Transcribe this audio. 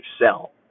excel